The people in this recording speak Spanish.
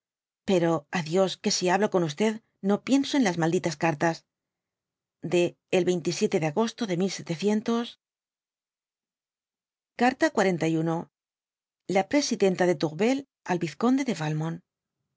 pero á dios pues si hablo con no pienso en las malditas cartas de el rj de agosto de carta xliii la presidenta de tourpel al vizconde de